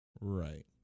right